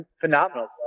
Phenomenal